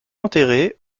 enterré